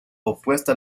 opuesta